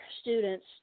students